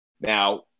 Now